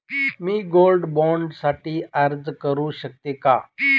मी gold bond साठी अर्ज करु शकते का?